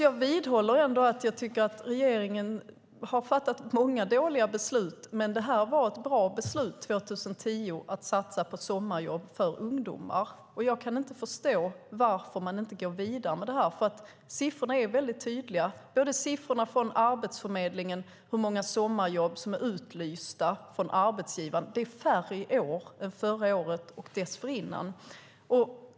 Jag vidhåller att regeringen har fattat många dåliga beslut, men beslutet 2010 att satsa på sommarjobb för ungdomar var bra. Jag kan inte förstå varför man inte går vidare med detta. Siffrorna är tydliga. Det gäller siffrorna från Arbetsförmedlingen, det vill säga hur många sommarjobb som är utlysta från arbetsgivares sida. Det är färre i år än förra året och året dessförinnan.